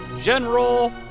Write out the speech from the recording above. General